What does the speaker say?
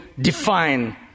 define